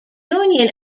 union